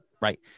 right